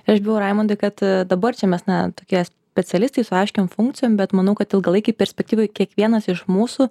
aš bijau raimundai kad dabar čia mes na tokie specialistai su aiškiom funkcijom bet manau kad ilgalaikėj perspektyvoj kiekvienas iš mūsų